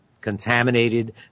contaminated